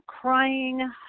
crying